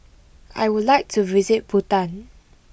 I would like to visit Bhutan